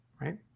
Right